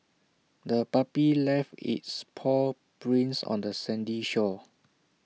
the puppy left its paw prints on the sandy shore